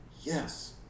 Yes